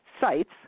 sites